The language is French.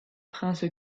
prince